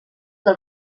del